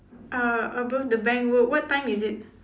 uh above the bank wh~ what time is it